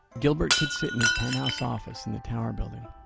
gilbert could sit in his penthouse office in the tower building